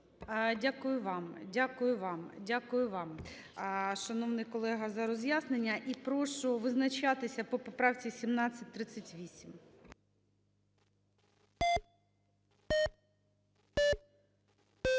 Дякую вам. Дякую вам. Дякую вам, шановний колего, за роз'яснення. І прошу визначатися по поправці 1738.